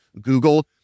Google